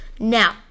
Now